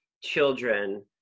children